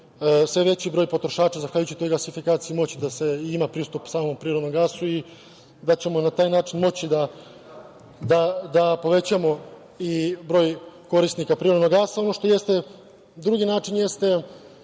sve veći broj potrošača zahvaljujući toj gasifikaciji moći da imam pristup samom prirodnom gasu i da ćemo na taj način moći da povećamo i broj korisnika prirodnog gasa. Drugi način jeste,